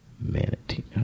Manatee